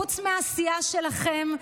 חוץ מהסיעה שלכם,